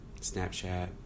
Snapchat